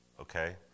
Okay